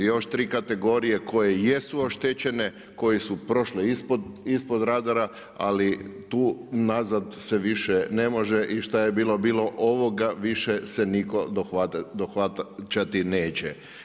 I još 3 kategorije koje jesu oštećene, koje su prošle ispod radara, ali tu nazad se više ne može i što je bilo bilo, ovoga se više nitko dohvati neće.